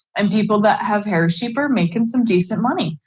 and people that have hairy sheep are making some decent money.